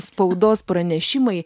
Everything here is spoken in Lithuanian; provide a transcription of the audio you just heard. spaudos pranešimai